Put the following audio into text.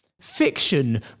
fiction